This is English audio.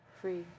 free